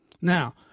Now